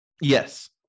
yes